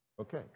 Okay